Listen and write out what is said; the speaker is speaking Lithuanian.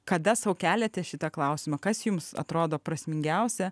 kada sau keliate šitą klausimą kas jums atrodo prasmingiausia